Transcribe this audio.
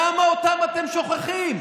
למה אותם אתם שוכחים?